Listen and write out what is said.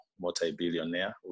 multi-billionaire